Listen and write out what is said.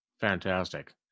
Fantastic